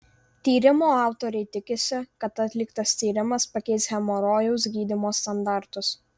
tyrimo autoriai tikisi kad atliktas tyrimas pakeis hemorojaus gydymo standartus